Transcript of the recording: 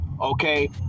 okay